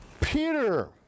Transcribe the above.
Peter